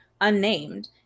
unnamed